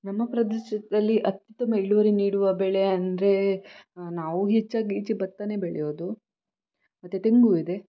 ನಮ್ಮ ಪ್ರದೇಶದಲ್ಲಿ ಅತ್ಯುತ್ತಮ ಇಳುವರಿ ನೀಡುವ ಬೆಳೆ ಅಂದರೆ ನಾವು ಹೆಚ್ಚಾಗಿ ಈಚೆ ಭತ್ತಾನೆ ಬೆಳೆಯೋದು ಮತ್ತು ತೆಂಗು ಇದೆ